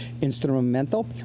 instrumental